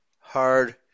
hard